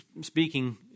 speaking